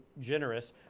generous